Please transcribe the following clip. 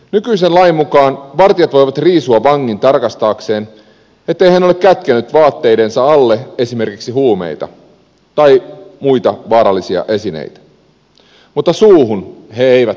nykyisen lain mukaan vartijat voivat riisua vangin tarkastaakseen ettei hän ole kätkenyt vaatteidensa alle esimerkiksi huumeita tai muita vaarallisia esineitä mutta suuhun he eivät saa katsoa